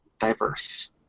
diverse